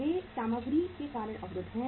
वे सामग्री के कारण अवरुद्ध हैं